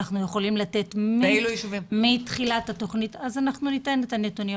אפשר לתת את הנתונים האלה.